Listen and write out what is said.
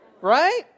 Right